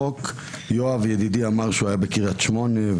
יואב ידידי אמר שהוא היה בקריית שמונה,